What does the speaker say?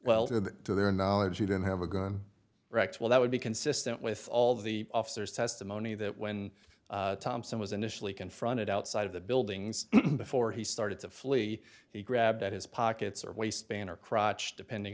well to their knowledge he didn't have a gun rights well that would be consistent with all the officers testimony that when thompson was initially confronted outside of the buildings before he started to flee he grabbed at his pockets or waistband her crotch depending